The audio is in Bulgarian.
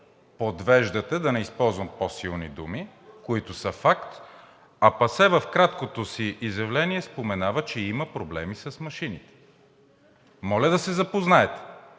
подвеждате, да не използвам по силни думи, които са факт. А ПАСЕ в краткото си изявление споменава, че има проблеми с машините. Моля да се запознаете!